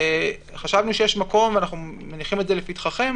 חשבנו שיש מקום ואנחנו מניחים את זה לפתחכם,